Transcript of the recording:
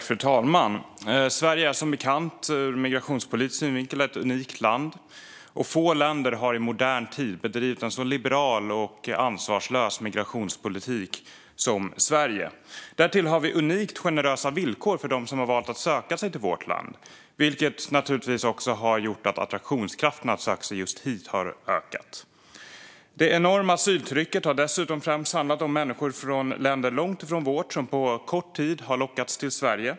Fru talman! Sverige är som bekant ur migrationspolitisk synvinkel ett unikt land - få länder har i modern tid drivit en så liberal och ansvarslös migrationspolitik som Sverige. Därtill har vi i Sverige unikt generösa villkor för dem som har valt att söka sig till vårt land, vilket naturligtvis har gjort att attraktionskraften när det gäller att söka sig just hit har ökat. Det enorma asyltrycket har främst handlat om människor från länder långt ifrån vårt som på kort tid har lockats till Sverige.